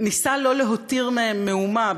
ניסה לא להותיר מהם מאומה,